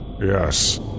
Yes